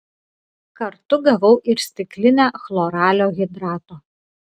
kartu gavau ir stiklinę chloralio hidrato